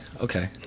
okay